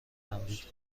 تمدید